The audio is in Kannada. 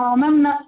ಮ್ಯಾಮ್ ನಾ